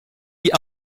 die